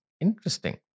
Interesting